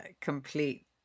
complete